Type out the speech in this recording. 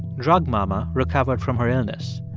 drug mama recovered from her illness.